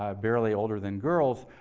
ah barely older than girls,